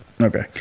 Okay